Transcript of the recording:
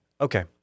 Okay